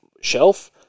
shelf